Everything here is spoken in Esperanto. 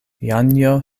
janjo